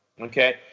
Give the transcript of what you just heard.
Okay